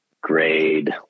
grade